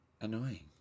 Annoying